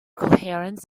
coherence